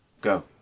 go